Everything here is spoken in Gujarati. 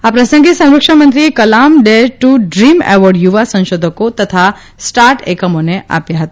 આ પ્રસંગે સંરક્ષણમંત્રીએ Kalam dare to dream award યુવા સંશોધકો તથા સ્ટાર્ટ એકમોને અપાયા હતા